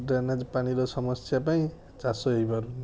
drainage ପାଣିରେ ସମସ୍ୟା ପାଇଁ ଚାଷ ହେଇପାରୁନି